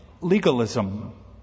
legalism